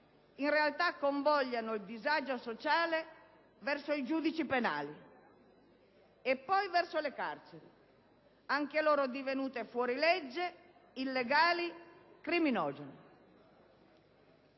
in realtà convogliano disagio sociale verso i giudici penali e poi verso le carceri, anche loro divenute fuorilegge, illegali e criminogene.